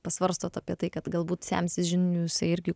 pasvarstot apie tai kad galbūt semsis žinių jisai irgi